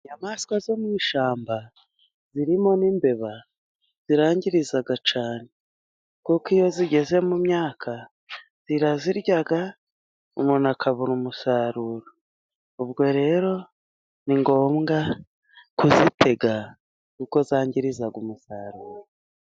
Inyamaswa zo mu ishyamba zirimo n'imbeba zirangiriza cyane, kuko iyo zigeze mu myaka zirazirya umuntu akabura umusaruro. Ubwo rero ni ngombwa kuzitega kuko zangiriza umusaruro.